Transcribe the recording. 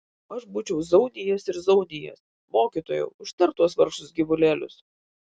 aš būčiau zaunijęs ir zaunijęs mokytojau užtark tuos vargšus gyvulėlius